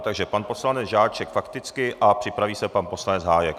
Takže pan poslanec Žáček fakticky a připraví se pan poslanec Hájek.